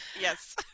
Yes